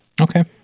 Okay